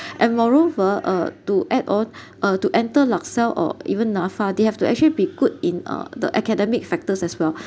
and moreover uh to add on uh to enter LASALLE or even NAFA they have to actually be good in uh the academic factors as well